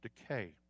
decay